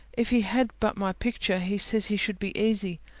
if he had but my picture, he says he should be easy.